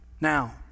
now